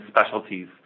specialties